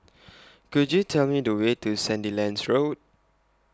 Could YOU Tell Me The Way to Sandilands Road